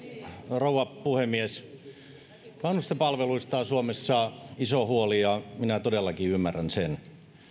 rouva puhemies vanhusten palveluista on suomessa iso huoli ja minä todellakin ymmärrän sen